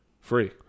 free